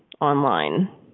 online